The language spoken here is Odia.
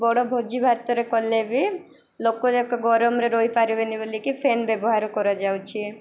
ବଡ଼ ଭୋଜି ଭାତରେ କଲେ ବି ଲୋକଯାକ ଗରମରେ ରହିପାରିବେନି ବୋଲିକି ଫ୍ୟାନ୍ ବ୍ୟବହାର କରାଯାଉଛି